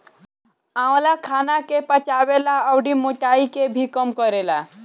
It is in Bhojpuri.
आंवला खाना के पचावे ला अउरी मोटाइ के भी कम करेला